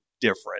different